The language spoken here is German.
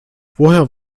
woher